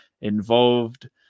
involved